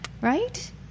Right